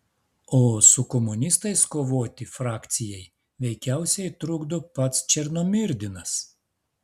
o su komunistais kovoti frakcijai veikiausiai trukdo pats černomyrdinas